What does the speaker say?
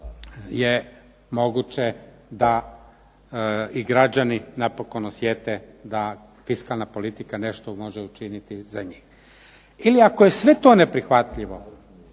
je moguće da i građani napokon osjete da fiskalna politika nešto može učiniti za njih. Ili ako je sve to neprihvatljivo